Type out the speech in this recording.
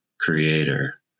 creator